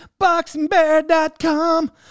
BoxingBear.com